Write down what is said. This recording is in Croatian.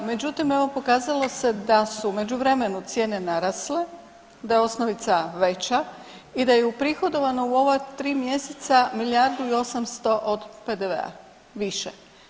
Međutim evo pokazalo se da su u međuvremenu cijene narasle, da je osnovica veća i da je uprihodovano u ova tri mjeseca milijardu i 800 od PDV-a više.